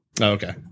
Okay